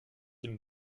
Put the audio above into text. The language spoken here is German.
dem